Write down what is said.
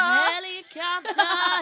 helicopter